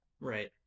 right